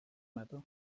matter